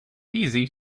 easy